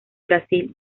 brasil